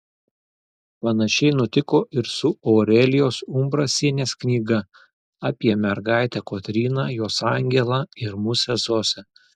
panašiai nutiko ir su aurelijos umbrasienės knyga apie mergaitę kotryną jos angelą ir musę zosę